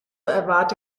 erwarte